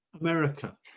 america